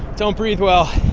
don't breathe well.